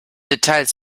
details